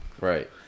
Right